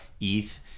ETH